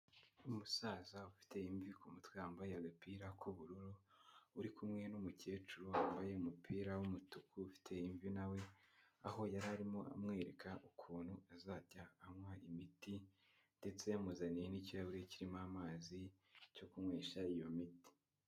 Umusaza ufite imvi ku mutwe wambaye agapira k'ubururu, uri kumwe n'umukecuru wambaye umupira w'umutuku ufite imvi na we, aho yari arimo amwereka ukuntu azajya anywa imiti ndetse yamuzaniye n'ikirahuri kirimo amazi cyo kunywesha iyo miti.